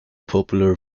popular